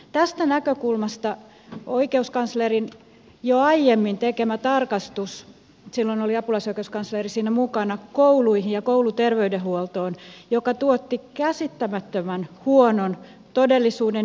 tästä näkökulmasta oikeuskanslerin jo aiemmin tekemä tarkastus silloin oli apulaisoikeuskansleri siinä mukana kouluihin ja kouluterveydenhuoltoon tuotti käsittämättömän huonon todellisuuden eteemme